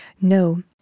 No